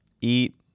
eat